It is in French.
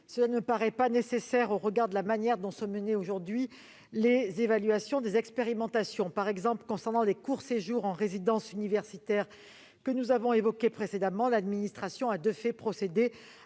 ne paraissent pas nécessaires au regard de la manière dont sont menées les évaluations des expérimentations. Par exemple, concernant les courts séjours en résidence universitaire que nous avons évoqués précédemment, l'administration a de fait procédé